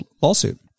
lawsuit